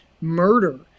murder